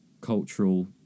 cultural